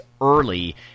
early